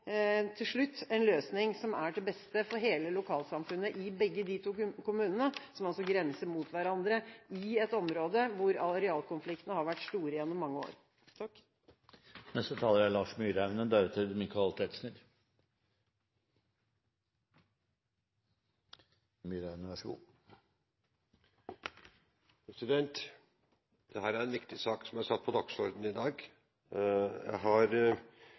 til slutt får en løsning som er til beste for hele lokalsamfunnet i begge de to kommunene, som altså grenser mot hverandre i et område hvor arealkonfliktene har vært store gjennom mange år. Det er en viktig sak som er satt på dagsordenen i dag. Jeg har